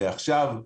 ועכשיו,